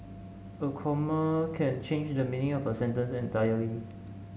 a comma can change the meaning of a sentence entirely